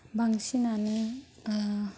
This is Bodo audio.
बांसिनानो